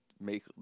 make